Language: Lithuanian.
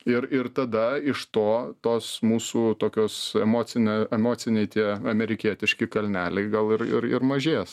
ir ir tada iš to tos mūsų tokios emocinė emociniai tie amerikietiški kalneliai gal ir ir ir mažės